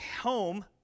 home